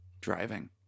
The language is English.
driving